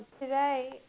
today